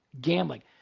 gambling